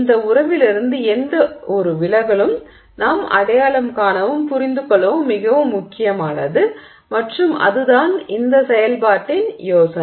இந்த உறவிலிருந்து எந்தவொரு விலகலும் நாம் அடையாளம் காணவும் புரிந்து கொள்ளவும் மிகவும் முக்கியமானது மற்றும் அதுதான் இந்த செயல்பாட்டின் யோசனை